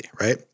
Right